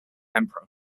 emperor